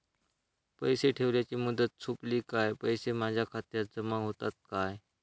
पैसे ठेवल्याची मुदत सोपली काय पैसे माझ्या खात्यात जमा होतात काय?